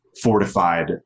Fortified